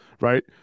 Right